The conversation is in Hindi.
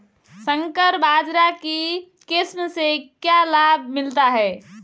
संकर बाजरा की किस्म से क्या लाभ मिलता है?